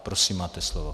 Prosím, máte slovo.